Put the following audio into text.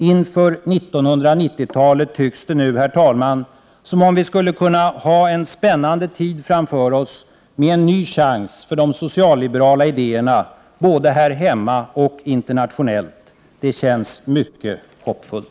Inför 1990-talet tycks det nu, herr talman, som om vi skulle kunna ha en spännande tid framför oss med en ny chans för de socialliberala idéerna, både här hemma och internationellt. Det känns mycket hoppföullt.